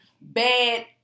bad